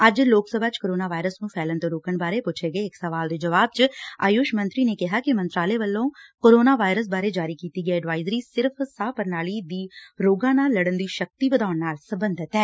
ਅੱਜ ਲੋਕ ਸਭਾ ਚ corona virus ਨੂੰ ਫੈਲਣ ਤੋਂ ਰੋਕਣ ਬਾਰੇ ਪੁੱਛੇ ਗਏ ਇਕ ਸਵਾਲ ਦੇ ਜਵਾਬ ਚ ਆਯੂਸ਼ ਮੰਤਰੀ ਨੇ ਕਿਹਾ ਕਿ ਮੰਤਰਾਲੇ ਵੱਲੋਂ ਕੋਰੋਨਾ ਵਾਇਰਸ ਬਾਰੇ ਜਾਰੀ ਕੀਤੀ ਗਈ ਐਡਵਾਇਜਰੀ ਸਿਰਫ਼ ਸਾਹ ਪ੍ਰਣਾਲੀ ਦੀ ਰੋਗਾਂ ਨਾਲ ਲੜਨ ਦੀ ਸ਼ਕਤੀ ਵਧਾਉਣ ਨਾਲ ਸਬੰਧਤ ਐ